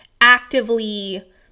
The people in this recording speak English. actively